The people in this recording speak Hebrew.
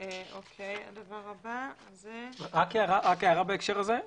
הערה בהקשר הזה.